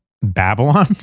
Babylon